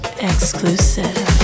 Exclusive